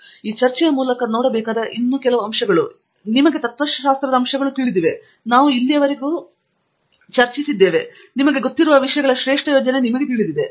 ಪ್ರತಾಪ್ ಹರಿಡೋಸ್ ಈ ಚರ್ಚೆಯ ಮೂಲಕ ನಾವು ನೋಡಬೇಕಾದ ಕೆಲವು ಅಂಶಗಳು ನಿಮಗೆ ತತ್ತ್ವಶಾಸ್ತ್ರದ ಅಂಶಗಳನ್ನು ತಿಳಿದಿವೆ ನಾವು ಇಲ್ಲಿಯವರೆಗೂ ಚರ್ಚಿಸುತ್ತಿದ್ದೇವೆ ಏನು ಎಂಬುದು ನಿಮಗೆ ಗೊತ್ತಿರುವ ವಿಷಯಗಳ ಶ್ರೇಷ್ಠ ಯೋಜನೆ ನಿಮಗೆ ತಿಳಿದಿದೆ